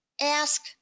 ask